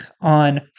on